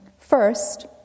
first